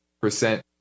percent